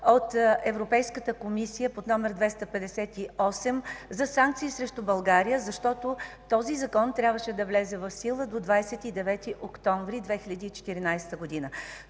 от Европейската комисия под № 258 за санкции срещу България, защото този закон трябваше да влезе в сила до 29 октомври 2014 г.